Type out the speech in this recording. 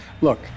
look